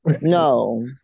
no